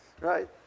Right